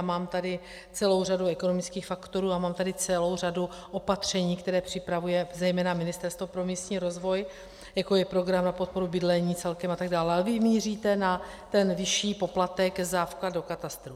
Mám tady celou řadu ekonomických faktorů a mám tady celou řadu opatření, která připravuje zejména Ministerstvo pro místní rozvoj, jako je program na podporu bydlení celkem a tak dále, ale vy míříte na ten vyšší poplatek za vklad od katastru.